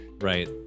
right